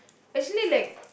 actually like